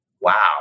wow